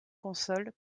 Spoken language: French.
console